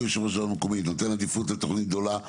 יושב-ראש ועדה מקומית נותן עדיפות לתוכנית גדולה,